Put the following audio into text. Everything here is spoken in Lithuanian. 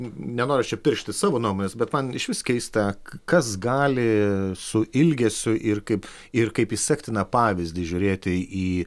nenoriu aš čia piršti savo nuomonės bet man išvis keista kas gali su ilgesiu ir kaip ir kaip į sektiną pavyzdį žiūrėti į